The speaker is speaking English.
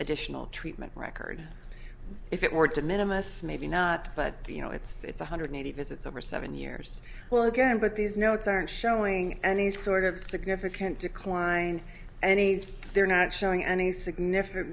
additional treatment record if it were to minimalists maybe not but you know it's one hundred eighty visits over seven years well again but these notes aren't showing any sort of significant decline any they're not showing any significant